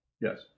Yes